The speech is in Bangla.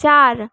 চার